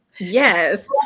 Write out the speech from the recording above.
yes